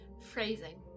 phrasing